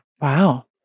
Wow